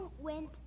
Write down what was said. went